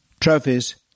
Trophies